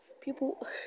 people